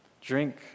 Drink